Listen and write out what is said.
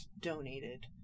donated